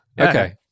Okay